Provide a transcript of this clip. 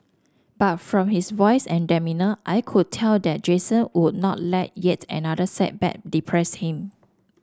but from his voice and demeanour I could tell that Jason would not let yet another setback depress him